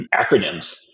acronyms